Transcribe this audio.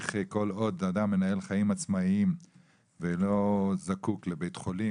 להאריך כל עוד אדם מנהל חיים עצמאיים ואינו זקוק לבית חולים,